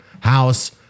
House